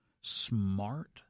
smart